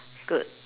good